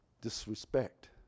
Disrespect